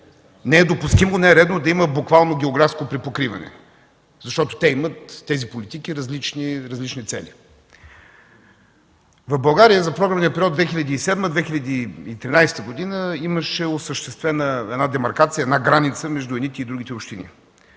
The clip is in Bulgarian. Не е допустимо, не е редно да има буквално географско припокриване, защото тези политики имат различни цели. В България за програмния период 2007-2013 г. имаше осъществена една демаркация, една граница между едните и другите общини.